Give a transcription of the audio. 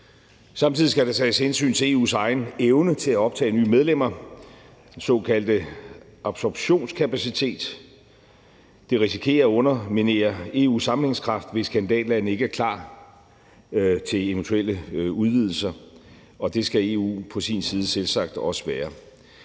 Samtidig skal der tages hensyn til EU's egen evne til at optage nye medlemmer – den såkaldte absorptionskapacitet. Det risikerer at underminere EU's sammenhængskraft, hvis kandidatlande ikke er klar til eventuelle udvidelser, og det skal EU på sin side selvsagt også være.